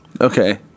Okay